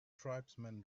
tribesmen